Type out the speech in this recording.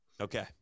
Okay